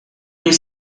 you